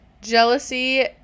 Jealousy